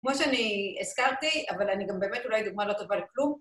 כמו שאני הזכרתי, אבל אני גם באמת אולי דוגמה לא טובה לכלום.